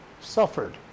suffered